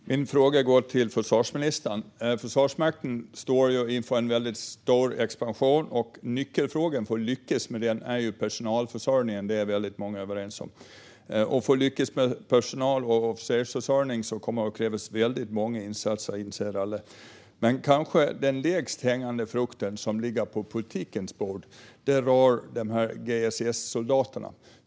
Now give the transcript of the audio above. Fru talman! Min fråga går till försvarsministern. Försvarsmakten står inför en väldigt stor expansion. Nyckelfrågan för att lyckas med den är personalförsörjningen. Det är väldigt många överens om. För att lyckas med personal och officersförsörjningen kommer det att krävas väldigt många insatser; det inser alla. Den kanske lägst hängande frukten som ligger på politikens bord rör GSS-soldaterna.